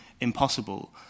impossible